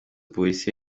polisi